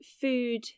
food